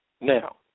Now